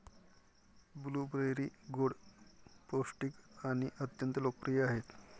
blueberry गोड, पौष्टिक आणि अत्यंत लोकप्रिय आहेत